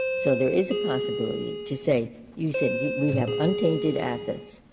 so there is a possibility to say you said we have untainted assets,